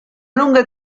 lunga